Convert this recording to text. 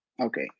Okay